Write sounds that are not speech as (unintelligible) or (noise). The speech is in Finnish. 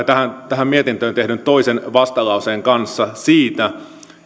(unintelligible) tähän tähän mietintöön tehdyn toisen vastalauseen kanssa siitä